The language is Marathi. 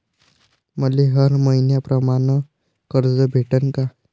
मले हर मईन्याप्रमाणं कर्ज भेटन का?